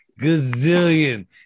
gazillion